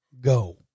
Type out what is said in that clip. Go